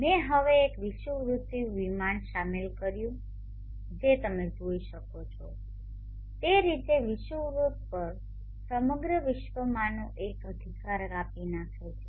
મેં હવે એક વિષુવવૃત્તીય વિમાન શામેલ કર્યું છે જે તમે જોઈ શકો છો તે રીતે વિષુવવૃત્ત પર સમગ્ર વિશ્વમાંનો એક અધિકાર કાપી નાખે છે